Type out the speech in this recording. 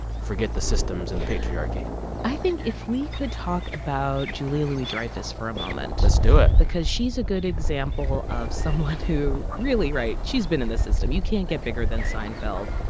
forget the systems and the patriarchy i think if we could talk about julia louis-dreyfus for a moment. let's do it. because she's a good example of someone who really right? she's been in this system. you can't get bigger than seinfeld.